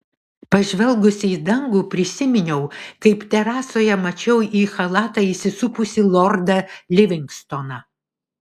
pažvelgusi į dangų prisiminiau kaip terasoje mačiau į chalatą įsisupusį lordą livingstoną